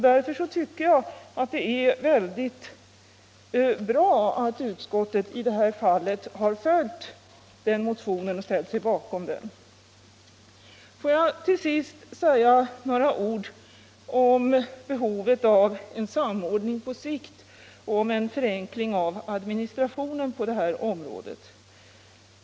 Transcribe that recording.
Därför tycker jag att det är bra att utskottet i detta fall har ställt sig bakom motionen. Får jag till sist säga några ord om behovet av en samordning på sikt och om en förenkling av administrationen på det här området?